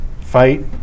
fight